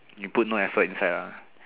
you put no effort inside ah